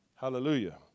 Hallelujah